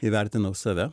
įvertinau save